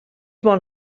bon